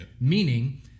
meaning